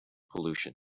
pollution